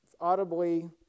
audibly